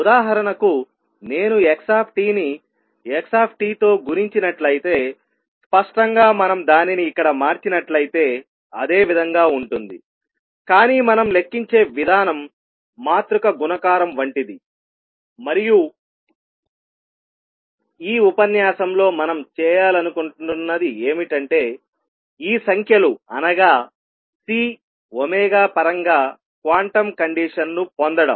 ఉదాహరణకు నేను x ని x తో గుణించినట్లయితే స్పష్టంగా మనం దానిని ఇక్కడ మార్చినట్లయితే అదే విధంగా ఉంటుంది కానీ మనం లెక్కించే విధానం మాతృక గుణకారం వంటిది మరియు ఈ ఉపన్యాసంలో మనం చేయాలనుకుంటున్నది ఏమిటంటే ఈ సంఖ్యలు అనగా C పరంగా క్వాంటం కండిషన్ ని పొందడం